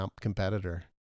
competitor